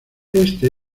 este